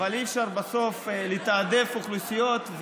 אי-אפשר בסוף לתעדף אוכלוסיות,